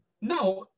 Now